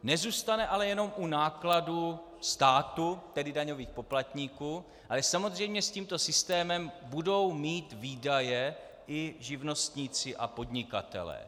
Nezůstane ale jenom u nákladů státu, tedy daňových poplatníků, ale samozřejmě s tímto systémem budou mít výdaje i živnostníci a podnikatelé.